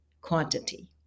quantity